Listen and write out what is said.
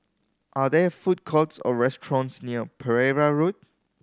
are there food courts or restaurants near Pereira Road